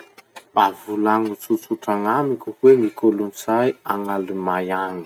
Mba volagno tsotsotra gn'amiko hoe gny kolotsay a gn'allemay agny?